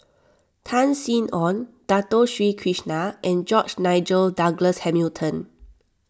Tan Sin Aun Dato Sri Krishna and George Nigel Douglas Hamilton